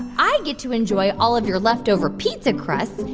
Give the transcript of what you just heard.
i get to enjoy all of your leftover pizza crust,